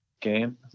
game